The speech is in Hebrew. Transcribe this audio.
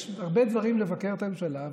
יש הרבה דברים לבקר בהם את הממשלה,